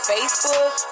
Facebook